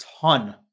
ton